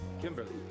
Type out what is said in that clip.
kimberly